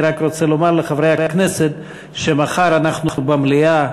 אני רוצה לומר לחברי הכנסת שמחר במליאה,